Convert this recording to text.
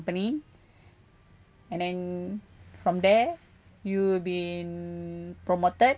~any and then from there you'll be promoted